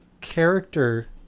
character